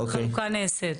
איך החלוקה נעשית.